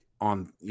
on